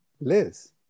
Liz